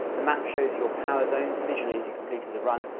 the map shows your power zones visually as you completed the run,